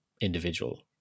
individual